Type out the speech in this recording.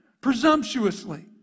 presumptuously